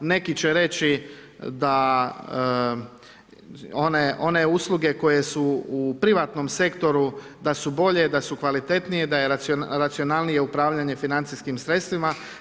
Neki će reći da one usluge koje su u privatnom sektoru da su bolje, da su kvalitetnije, da je racionalnije upravljanje financijskim sredstvima.